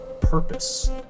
purpose